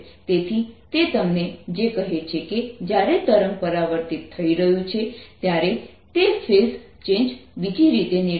તેથી તે તમને જે કહે છે કે જ્યારે તરંગ પરાવર્તિત થઈ રહ્યું છે ત્યારે તે ફેઝ ચેન્જ બીજી રીતે નિર્દેશ કરે છે